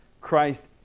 Christ